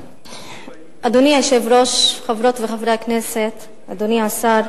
אדוני היושב-ראש, חברות וחברי הכנסת, אדוני השר,